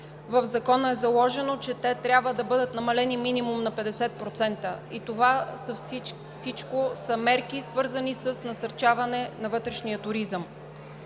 В Закона е заложено, че те трябва да бъдат намалени минимум на 50% и това всичко са мерки, свързани с насърчаване на вътрешния туризъм.